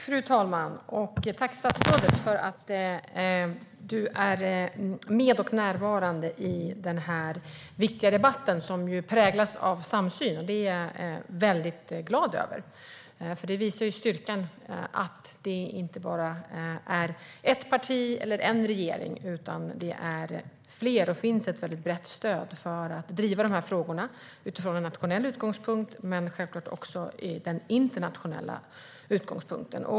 Fru talman! Jag vill tacka statsrådet för att hon är närvarande och deltar i den här viktiga debatten. Den präglas av samsyn, vilket jag är väldigt glad över. Det visar styrkan i att det inte bara handlar om ett parti eller en regering utan flera partier. Det finns ett brett stöd för att driva de här frågorna utifrån nationell utgångspunkt och självfallet även utifrån den internationella utgångspunkten.